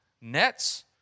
nets